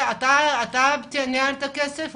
אתה ניהלת את הכסף?